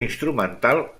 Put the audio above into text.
instrumental